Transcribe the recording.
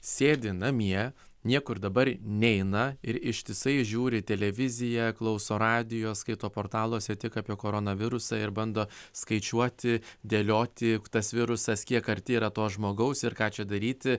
sėdi namie niekur dabar neina ir ištisai žiūri televiziją klauso radijo skaito portaluose tik apie koronavirusą ir bando skaičiuoti dėlioti juk tas virusas kiek arti yra to žmogaus ir ką čia daryti